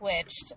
switched